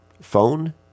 phone